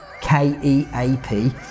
K-E-A-P